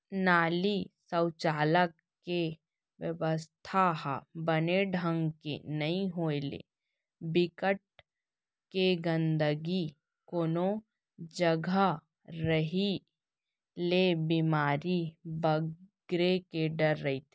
नाली, सउचालक के बेवस्था ह बने ढंग ले नइ होय ले, बिकट के गंदगी कोनो जघा रेहे ले बेमारी बगरे के डर रहिथे